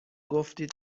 گفتید